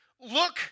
Look